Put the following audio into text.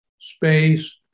space